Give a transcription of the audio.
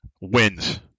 wins